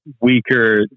weaker